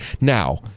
Now